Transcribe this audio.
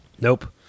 nope